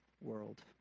world